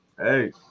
Hey